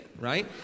right